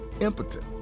impotent